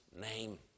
name